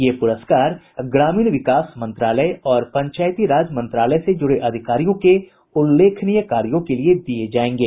ये प्रस्कार ग्रामीण विकास मंत्रालय और पंचायती राज मंत्रालय से जुड़े अधिकारीयों के उल्लेखनीय कार्यों के लिए दिये जायेंगे